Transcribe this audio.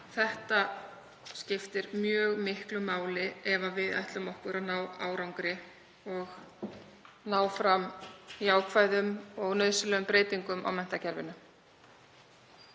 Þetta skiptir mjög miklu máli ef við ætlum okkur að ná árangri og ná fram jákvæðum og nauðsynlegum breytingum á menntakerfinu.